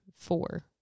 four